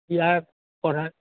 ইয়াত পঢ়াই